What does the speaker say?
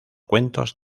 cuentos